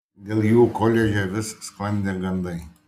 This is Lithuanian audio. dėl jų koledže vis sklandė gandai